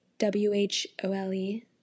W-H-O-L-E